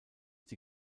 die